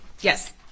Yes